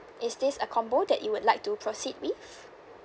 is this a combo that you would like to proceed with